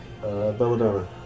Belladonna